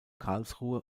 karlsruhe